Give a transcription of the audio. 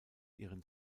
ihren